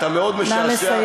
אתה מאוד משעשע,